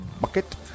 bucket